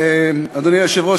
אדוני היושב-ראש,